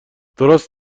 درست